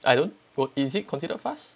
I don't is it considered fast